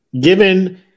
given